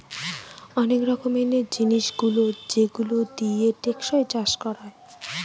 অনেক রকমের জিনিস যেগুলো দিয়ে টেকসই চাষ করে